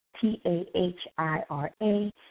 T-A-H-I-R-A